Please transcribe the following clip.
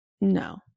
No